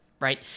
right